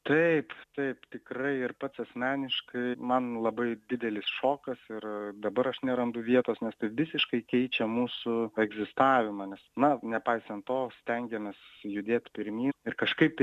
taip taip tikrai ir pats asmeniškai man labai didelis šokas ir dabar aš nerandu vietos nes tai visiškai keičia mūsų egzistavimą nes na nepaisant to stengiamės judėt pirmyn ir kažkaip tai